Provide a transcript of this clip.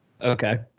Okay